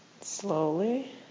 Slowly